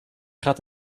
gaat